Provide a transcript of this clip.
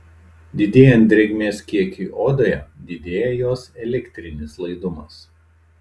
didėjant drėgmės kiekiui odoje didėja jos elektrinis laidumas